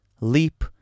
Leap